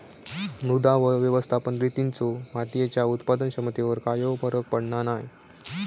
मृदा व्यवस्थापन रितींचो मातीयेच्या उत्पादन क्षमतेवर कायव फरक पडना नाय